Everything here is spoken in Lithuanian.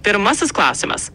pirmasis klausimas